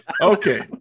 Okay